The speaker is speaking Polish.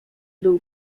był